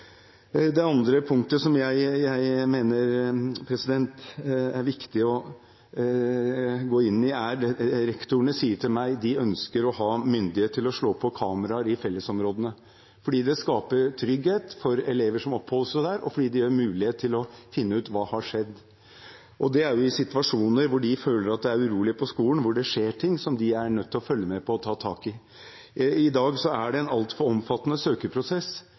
Det andre punktet som jeg mener det er viktig å gå inn i, er at rektorene sier til meg at de ønsker å ha myndighet til å slå på kameraer i fellesområdene fordi det skaper trygghet for elever som oppholder seg der, og fordi det gir mulighet til å finne ut hva som har skjedd. Det er i situasjoner hvor de føler at det er urolig på skolen, hvor det skjer ting som de er nødt til å følge med på og ta tak i. I dag er det en altfor omfattende søkeprosess